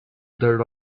that